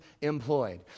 employed